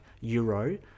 euro